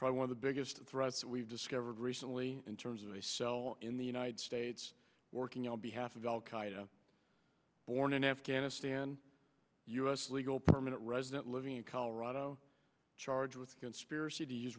probably one of the biggest threats we've discovered recently in terms of a cell in the united states working on behalf of al qaeda born in afghanistan u s legal permanent resident living in colorado charged with conspiracy t